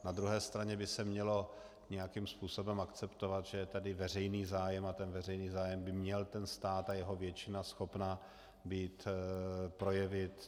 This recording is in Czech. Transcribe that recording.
Na druhé straně by se mělo nějakým způsobem akceptovat, že je tady veřejný zájem, a ten veřejný zájem by měl stát a jeho většina být schopna projevit.